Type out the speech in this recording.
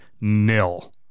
nil